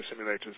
simulators